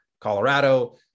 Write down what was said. Colorado